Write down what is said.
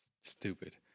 Stupid